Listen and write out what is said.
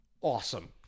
Awesome